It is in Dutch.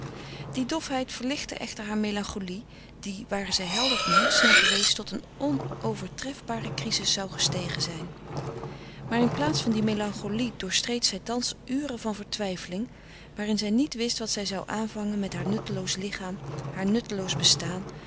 die dofheid verlichtte echter haar melancholie die ware zij helder van hersenen geweest tot een onovertrefbare crizis zou gestegen zijn maar in plaats van die melancholie doorstreed zij thans uren van vertwijfeling waarin zij niet wist wat zij zou aanvangen met haar nutteloos lichaam haar nutteloos bestaan